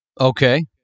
Okay